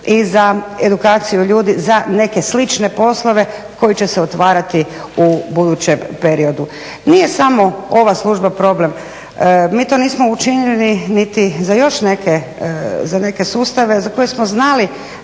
i za edukaciju ljudi za neke slične poslove koji će se otvarati u budućem periodu. Nije samo ova služba problem. Mi to nismo učinili niti za još neke, za neke sustave za koje smo znali